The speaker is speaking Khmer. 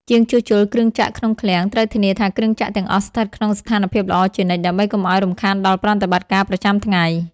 ជាងជួសជុលគ្រឿងចក្រក្នុងឃ្លាំង ត្រូវធានាថាគ្រឿងចក្រទាំងអស់ស្ថិតក្នុងស្ថានភាពល្អជានិច្ច ដើម្បីកុំឱ្យរំខានដល់ប្រតិបត្តិការប្រចាំថ្ងៃ។